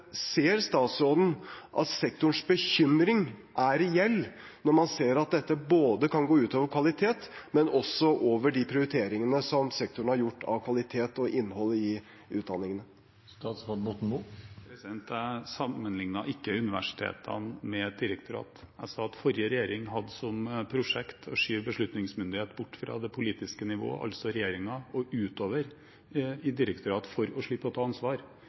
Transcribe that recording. Ser statsråden at sektorens bekymring er reell, når man ser at dette kan gå ut over både kvalitet og de prioriteringene som sektoren har gjort av kvalitet og innhold i utdanningene? Jeg sammenlignet ikke universitetene med direktorater. Jeg sa at forrige regjering hadde som prosjekt å skyve beslutningsmyndighet bort fra det politiske nivå, altså regjeringen, og utover i direktorat for å slippe å ta ansvar.